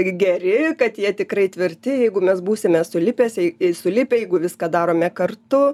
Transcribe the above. geri kad jie tikrai tvirti jeigu mes būsime sulipęs į sulipę jeigu viską darome kartu